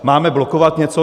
Máme blokovat něco?